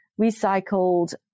recycled